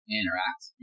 interact